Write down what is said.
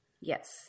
Yes